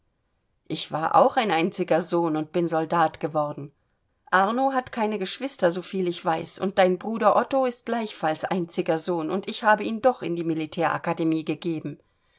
ich war auch ein einziger sohn und bin soldat geworden arno hat keine geschwister so viel ich weiß und dein bruder otto ist gleichfalls einziger sohn und ich habe ihn doch in die militärakademie gegeben